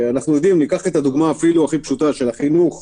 רק לעובדים מאוד מסוימים עובדי בריאות,